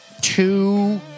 two